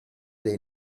dei